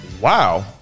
Wow